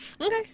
Okay